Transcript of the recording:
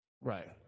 Right